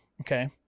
okay